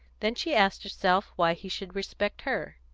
then she asked herself why he should respect her.